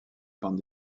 bande